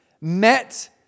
met